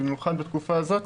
במיוחד בתקופה הזאת